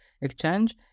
exchange